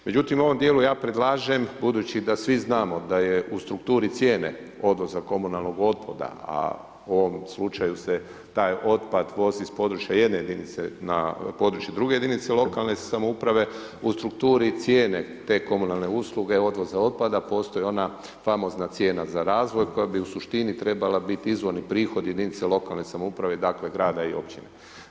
Međutim, u ovom dijelu ja predlažem budući da svi znamo da je u strukturi cijene odlazak komunalnog otpada, a u ovom slučaju se taj otpad vozi s područja jedne jedinice na područje druge jedinice lokalne samouprave u strukturi cijene te komunalne usluge odvoza otpada postoji ona famozna cijena za razvoj koja bi u suštini trebala biti izvorni prihod jedinice lokalne samouprave dakle grada i općine.